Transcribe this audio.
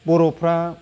बर'फ्रा